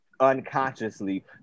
unconsciously